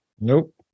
Nope